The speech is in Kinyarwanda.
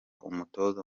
umutoza